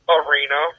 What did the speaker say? arena